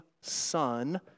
Son